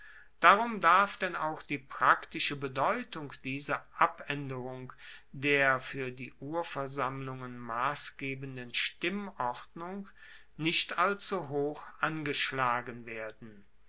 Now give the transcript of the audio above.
darum darf denn auch die praktische bedeutung dieser abaenderung der fuer die urversammlungen massgebenden stimmordnung nicht allzu hoch angeschlagen werden